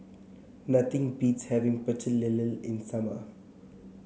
nothing beats having Pecel Lele in summer